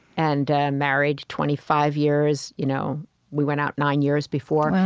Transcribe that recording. and married twenty five years. you know we went out nine years before.